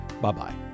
Bye-bye